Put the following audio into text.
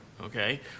okay